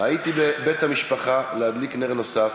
הייתי בבית המשפחה להדליק נר נוסף.